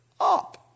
up